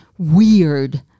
Weird